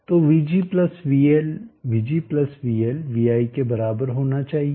तो vg vL vg vL vi के बराबर होना चाहिए